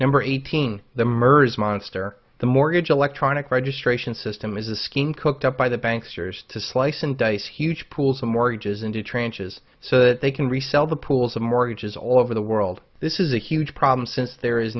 number eighteen the mers monster the mortgage electronic registration system is a scheme cooked up by the banks years to slice and dice huge pools of mortgages into tranche is so they can resell the pools of mortgages all over the world this is a huge problem since there is